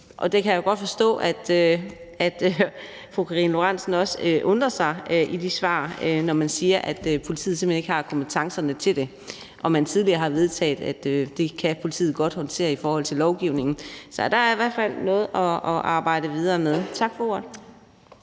Det kan jeg godt forstå at fru Karina Lorentzen Dehnhardt også undrer sig over, altså når man i de svar siger, at politiet simpelt hen ikke har kompetencerne til det, når vi tidligere har vedtaget, at det kan politiet godt håndtere i forhold til lovgivningen. Så der er i hvert fald noget at arbejde videre med. Tak for ordet.